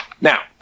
Now